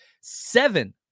Seven